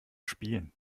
spielen